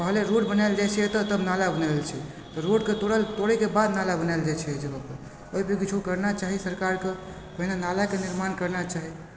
पहिले रोड बनायल जाइत छै एतय तब नाला बनायल जाइत छै रोडके तोड़ल तोड़ैके बाद नाला बनायल जाइत छै ओहि जगहपर किछु करना चाही सरकारके पहिने नालाके निर्माण करना चाही